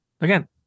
again